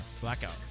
Blackout